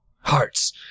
Hearts